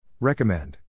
Recommend